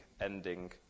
ending